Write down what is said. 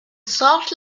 salt